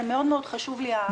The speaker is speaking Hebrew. זה מאוד-מאוד חשוב לי.